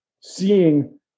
seeing